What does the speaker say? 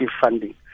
funding